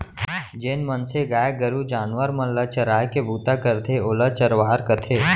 जेन मनसे गाय गरू जानवर मन ल चराय के बूता करथे ओला चरवार कथें